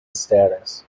status